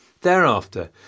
Thereafter